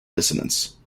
dissonance